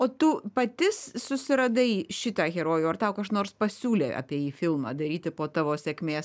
o tu pati susiradai šitą herojų ar tau kažnors pasiūlė apie jį filmą daryti po tavo sėkmės